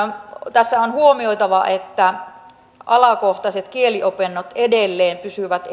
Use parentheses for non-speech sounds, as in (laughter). tässä on huomioitava että alakohtaiset kieliopinnot edelleen pysyvät (unintelligible)